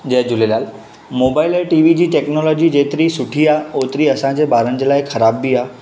जय Jhulelal mobile ऐं T V जी technology जेतिरी सुठी आहे ओतिरी असांजे ॿारनि जे लाइ ख़राब बि आहे